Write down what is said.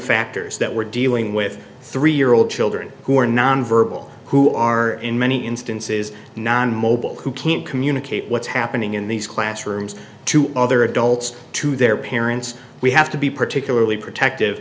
factors that we're dealing with three year old children who are non verbal who are in many instances non mobile who can't communicate what's happening in these classrooms to other adults to their parents we have to be particularly protective